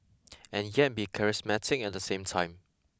and yet be charismatic at the same time